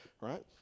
right